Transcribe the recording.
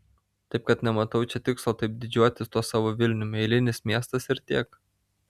taip kad nematau čia tikslo taip didžiuotis tuo savo vilnium eilinis miestas ir tiek